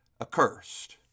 accursed